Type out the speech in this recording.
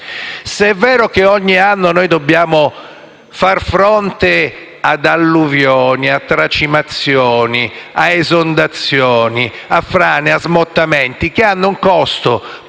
se è vero che ogni anno dobbiamo far fronte ad alluvioni, a tracimazioni, e esondazioni, a frane e smottamenti che hanno un costo, prima